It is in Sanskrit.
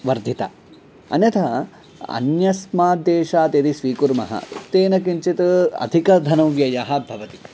वर्धिता अन्यथा अन्यस्मात् देशात् यदि स्वीकुर्मः तेन किञ्चित् अधिकः धनव्ययः भवति